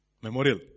Memorial